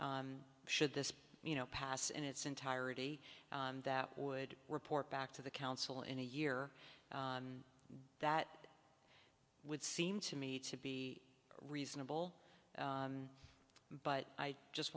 stat should this you know pass in its entirety that would report back to the council in a year that would seem to me to be reasonable but i just